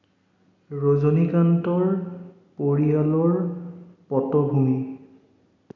ৰজনীকান্তৰ পৰিয়ালৰ পটভূমি